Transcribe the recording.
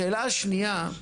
השאלה השנייה: